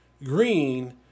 Green